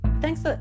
thanks